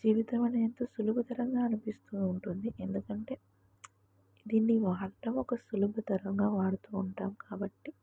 జీవితంమనే ఎంత సులుభతరంగా అనిపిస్తూ ఉంటుంది ఎందుకంటే దీన్ని వాడటం ఒక సులభతరంగా వాడుతూ ఉంటాం కాబట్టి